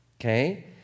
okay